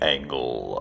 Angle